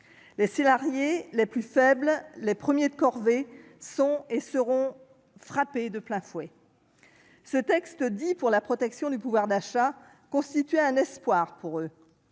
Les salariés les plus faibles, les « premiers de corvée », sont et seront frappés de plein fouet. Ce texte censé assurer la protection du pouvoir d'achat constitue un espoir pour eux.